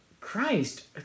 Christ